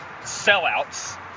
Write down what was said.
sellouts